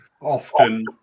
often